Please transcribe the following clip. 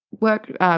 work